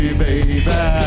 baby